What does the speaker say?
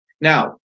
Now